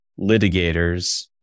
litigators